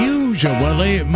usually